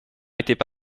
étaient